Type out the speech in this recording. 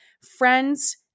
Friends